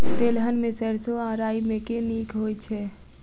तेलहन मे सैरसो आ राई मे केँ नीक होइ छै?